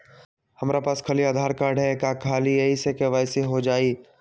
हमरा पास खाली आधार कार्ड है, का ख़ाली यही से के.वाई.सी हो जाइ?